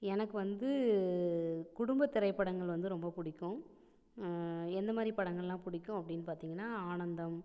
எனக்கு வந்து குடும்ப திரைப்படங்கள் வந்து ரொம்ப பிடிக்கும் எந்த மாதிரி படங்கள்லாம் பிடிக்கும் அப்படின்னு பார்த்தீங்கன்னா ஆனந்தம்